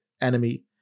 enemy